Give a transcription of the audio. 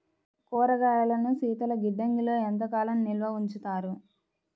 కూరగాయలను శీతలగిడ్డంగిలో ఎంత కాలం నిల్వ ఉంచుతారు?